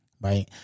right